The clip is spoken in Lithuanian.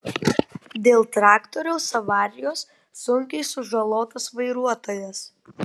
dėl traktoriaus avarijos sunkiai sužalotas vairuotojas